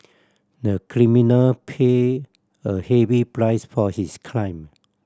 the criminal paid a heavy price for his clime